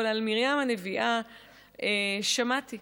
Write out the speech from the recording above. על מרים הנביאה שמעתי,